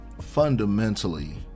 fundamentally